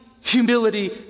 humility